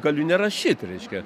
galiu nerašyt reiškia